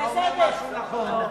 אתה אומר משהו נכון,